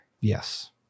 Yes